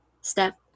step